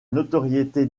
notoriété